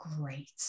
great